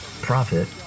profit